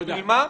בשביל מה?